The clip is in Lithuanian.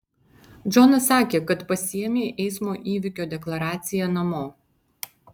džonas sakė kad pasiėmei eismo įvykio deklaraciją namo